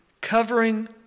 covering